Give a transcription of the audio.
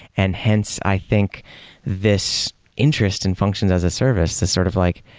and hence, i think this interest in functions as a service, this sort of like,